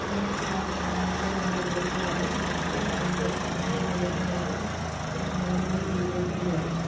communist party അല്ലെങ്കിൽ നമ്മുടെ L D എഫെന്നു പറയും രണ്ടു കോൺഗ്രസ്സ് അല്ലെങ്കിൽ യു ഡി എഫെന്നു പറയും പിന്നെ മൂന്ന് നമ്മൾ ബി ജെ പിയെന്നു പറയും